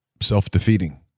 self-defeating